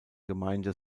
gemeinde